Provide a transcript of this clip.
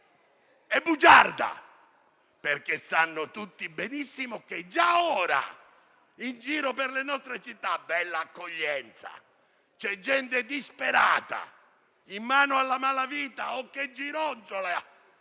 e bugiarda. Sanno tutti benissimo che già ora, in giro per le nostre città - bella accoglienza - c'è gente disperata in mano alla malavita o che gironzola,